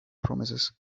promises